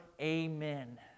Amen